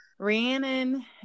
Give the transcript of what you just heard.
Rhiannon